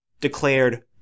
declared